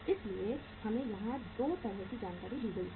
इसलिए हमें यहां 2 तरह की जानकारी दी गई है